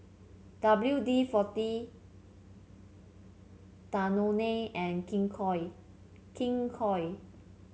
W D forty Danone and King Koil King Koil